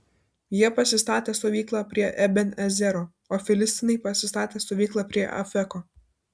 jie pasistatė stovyklą prie eben ezero o filistinai pasistatė stovyklą prie afeko